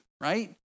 right